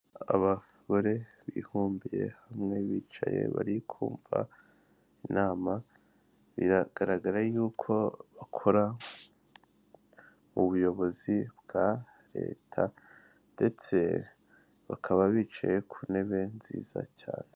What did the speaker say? Abagore bibumbiye hamwe, bicaye barikumva inama, biragaragara yuko bakora m'ubuyobozi bwa leta ndetse bakaba bicaye ku ntebe nziza cyane